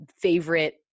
favorite